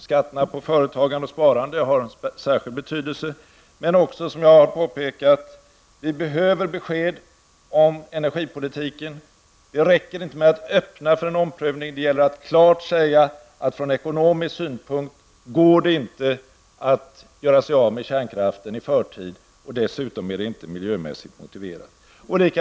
Skatterna på företagande och sparande har en särskild betydelse, och som jag har påpekat behöver vi också besked om energipolitiken. Det räcker inte med att öppna för en omprövning. Det gäller att klart säga att det från ekonomisk synpunkt inte går att göra sig av med kärnkraften i förtid -- och dessutom är det inte miljömässigt motiverat.